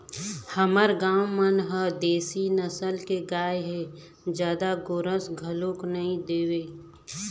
हमर गाय मन ह देशी नसल के गाय हे जादा गोरस घलोक नइ देवय